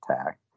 attack